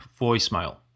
voicemail